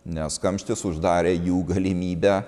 nes kamštis uždarė jų galimybę